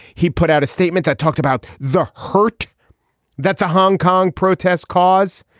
he put out a statement that talked about the hurt that the hong kong protests cause.